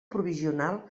provisional